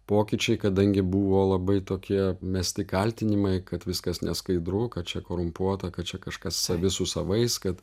pokyčiai kadangi buvo labai tokie mesti kaltinimai kad viskas neskaidru kad čia korumpuota kad čia kažkas savi su savais kad